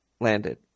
landed